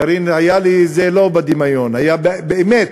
קארין, זה לא היה בדמיון, זה היה באמת.